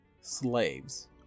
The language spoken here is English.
slaves